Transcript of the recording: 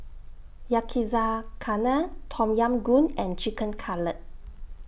Yakizakana Tom Yam Goong and Chicken Cutlet